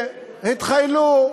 שהתחיילו,